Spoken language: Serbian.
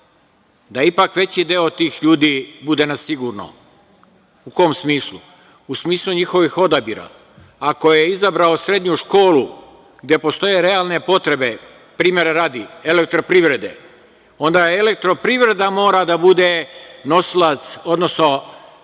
da ipak veći deo tih ljudi bude na sigurnom. U kom smislu? U smislu njihovih odabira. Ako je izabrao srednju školu gde postoje realne potrebe primera radi Elektroprivrede, onda je Elektroprivreda morala da bude nosilac, odnosno